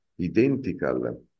identical